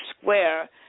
Square